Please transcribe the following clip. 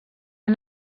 han